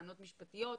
טענות משפטיות.